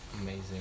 amazing